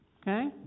Okay